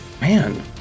man